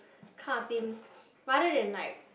kind of thing rather than like